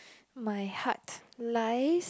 my heart lies